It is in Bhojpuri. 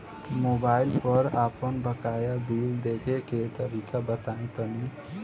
मोबाइल पर आपन बाकाया बिल देखे के तरीका बताईं तनि?